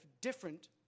different